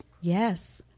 Yes